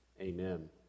amen